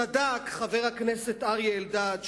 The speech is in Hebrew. צדק חבר הכנסת אריה אלדד,